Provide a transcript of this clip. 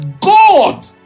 God